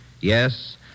Yes